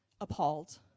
appalled